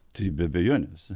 tai be abejonės